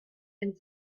and